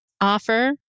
offer